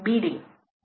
5